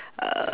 uh